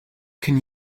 can